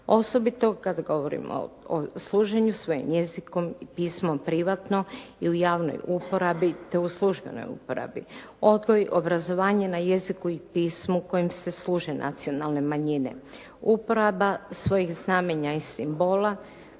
Osobito kada govorimo o služenju svojim jezikom i pismom privatno i u javnoj uporabi, te u službenoj uporabi. Odgoj, obrazovanje na jeziku i pismu kojim se služe nacionalne manjine, uporaba svojih znamenja i simbola,